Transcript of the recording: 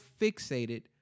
fixated